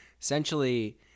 essentially